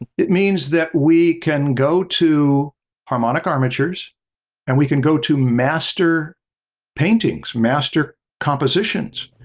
it means that we can go to harmonic armatures and we can go to master paintings, master compositions.